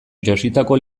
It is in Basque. jositako